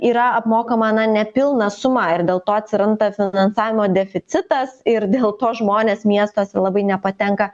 yra apmokama nepilna suma ir dėl to atsiranda finansavimo deficitas ir dėl to žmonės miestuose labai nepatenka